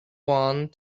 wand